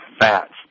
fats